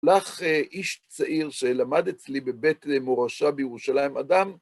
לך איש צעיר שלמד אצלי בבית מורשה בירושלים, אדם,